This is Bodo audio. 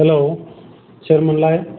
हेल' सोरमोनलाय